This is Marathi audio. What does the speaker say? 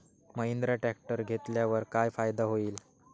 महिंद्रा ट्रॅक्टर घेतल्यावर काय फायदा होईल?